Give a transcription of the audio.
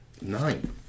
Nine